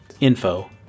Info